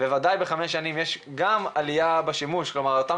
בחמש השנים בוודאי שיש עלייה בשימוש לגבי אותם